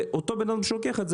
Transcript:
ואותו בן אדם שלוקח את זה,